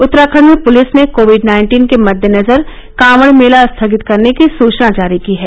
उत्तराखंड में पूलिस ने कोविड नाइन्टीन के मद्देनजर कांवड मेला स्थगित करने की सुचना जारी की है